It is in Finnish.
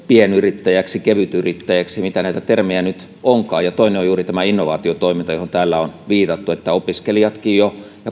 pienyrittäjäksi kevytyrittäjäksi mitä näitä termejä nyt onkaan ja toinen syy on juuri tämä innovaatiotoiminta johon täällä on viitattu että jo opiskelijat ja